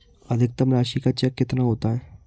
अधिकतम राशि का चेक कितना होता है?